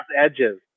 edges